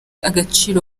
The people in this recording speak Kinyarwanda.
agaciro